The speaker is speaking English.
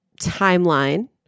timeline